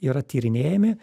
yra tyrinėjami